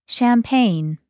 Champagne